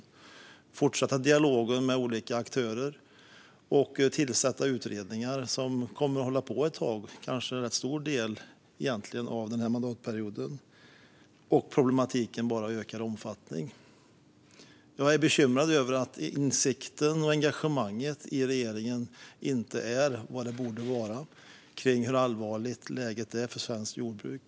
Man kan fortsätta dialogen med olika aktörer och tillsätta utredningar, som kan arbeta en stor del av mandatperioden. Men problemen bara ökar i omfattning. Jag är bekymrad över att insikten i regeringen inte är vad den borde vara - inte heller engagemanget - om hur allvarligt läget är för svenskt jordbruk.